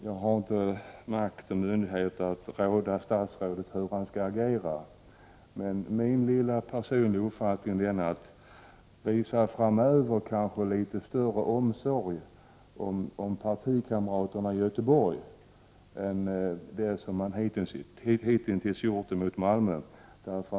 Jag har inte makt och myndighet att råda statsrådet i hans agerande, men min lilla personliga uppfattning är att han framöver kanske skall visa litet större omsorg om partikamraterna i Göteborg i stället för den uppmärksamhet som ägnats Malmö.